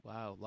Wow